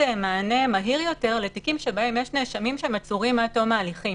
מענה מהיר יותר לתיקים שבהם יש נאשמים שעצורים עד תום ההליכים.